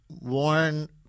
warn